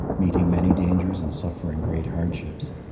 meeting many dangers and suffering great hardships.